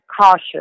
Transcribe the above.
cautious